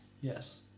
Yes